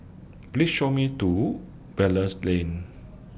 Please Show Me to Belilios Lane